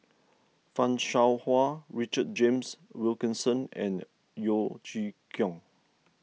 Fan Shao Hua Richard James Wilkinson and Yeo Chee Kiong